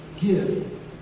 give